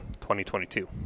2022